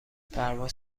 پرواز